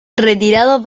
retirado